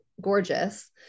gorgeous